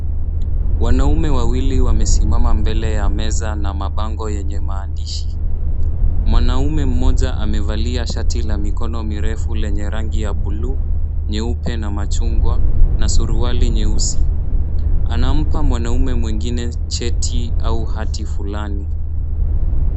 Wanaume wawili wamesimama mbele ya meza na mabango yenye maandishi. Mwanaume mmoja amevalia shati la mikono mirefu lenye rangi ya buluu, nyeupe na machungwa na suruali nyeusi. Anampa mwanaume mwingine cheti au hati fulani.